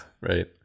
right